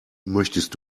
möchtest